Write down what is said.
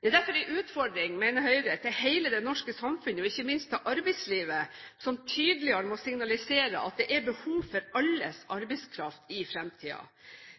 Det er derfor en utfordring, mener Høyre, at hele det norske samfunnet, og ikke minst arbeidslivet, tydeligere må signalisere at det er behov for alles arbeidskraft i fremtiden.